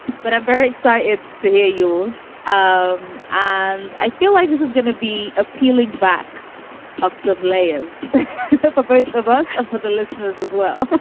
but i'm very excited to hear yours. um and i feel like this is going to be appealing back up some layers for both of us and for the listeners as well